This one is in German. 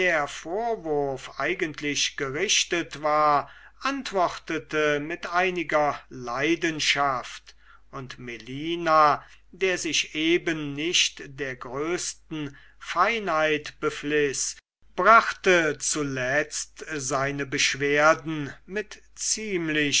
vorwurf eigentlich gerichtet war antwortete mit einiger leidenschaft und melina der sich eben nicht der größten feinheit befliß brachte zuletzt seine beschwerden mit